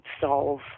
solve